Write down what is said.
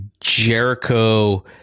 Jericho